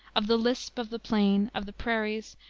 of the lisp of the plane, of the prairies,